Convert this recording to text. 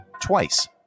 twice